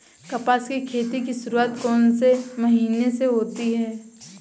कपास की खेती की शुरुआत कौन से महीने से होती है?